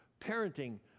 parenting